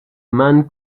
man